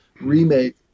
remake